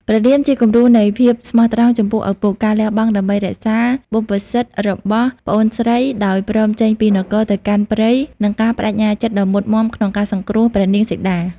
ព្រះរាមជាគំរូនៃភាពស្មោះត្រង់ចំពោះឪពុក ការលះបង់ដើម្បីរក្សាបុព្វសិទ្ធិរបស់ប្អូនស្រី ដោយព្រមចេញពីនគរទៅកាន់ព្រៃ និងការប្ដេជ្ញាចិត្តដ៏មុតមាំក្នុងការសង្គ្រោះព្រះនាងសីតា ។